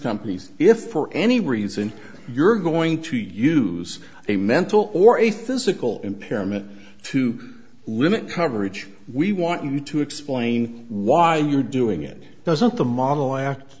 companies if for any reason you're going to use a mental or a physical impairment to limit coverage we want you to explain why you're doing it doesn't the model act